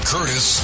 Curtis